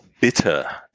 bitter